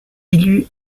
élu